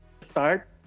Start